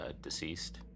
deceased